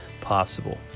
possible